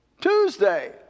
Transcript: Tuesday